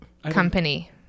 company